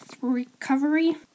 recovery